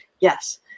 yes